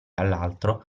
all’altro